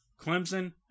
Clemson